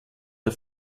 der